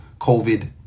COVID